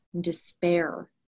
despair